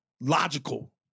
logical